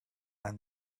and